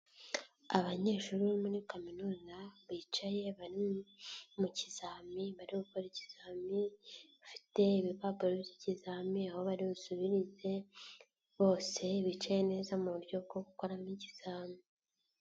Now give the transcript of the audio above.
Abanyeshuri bo muri kaminuza, bicaye bari mu kizami bari gukora ikizami bafite ibipapuro by'kizamini aho bari busubirize, bose bicaye neza muburyo bwo gukoramo ikizami.